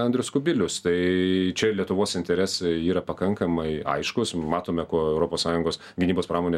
andrius kubilius tai čia lietuvos interesai yra pakankamai aiškūs matome ko europos sąjungos gynybos pramonė